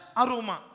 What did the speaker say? aroma